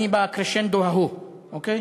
אני בקרשנדו ההוא, אוקיי?